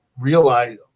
realize